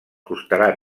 costarà